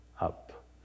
up